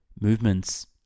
movements